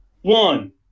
one